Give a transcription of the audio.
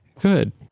Good